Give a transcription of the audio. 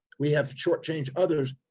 we have shortchanged others,